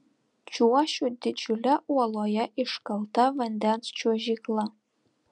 čiuošiu didžiule uoloje iškalta vandens čiuožykla